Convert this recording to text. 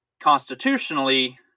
constitutionally